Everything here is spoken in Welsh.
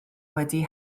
wedi